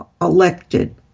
elected